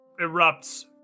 erupts